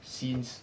since